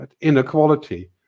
Inequality